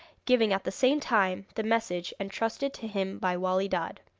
giving at the same time the message entrusted to him by wali dad.